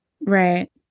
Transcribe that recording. Right